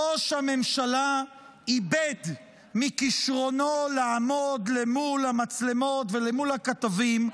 ראש הממשלה איבד מכישרונו לעמוד למול המצלמות ולמול הכתבים,